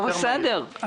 בסדר,